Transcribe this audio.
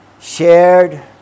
shared